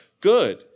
good